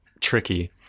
tricky